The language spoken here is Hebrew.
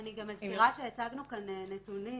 אני מזכירה שהצגנו כאן נתונים